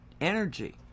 energy